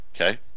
Okay